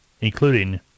including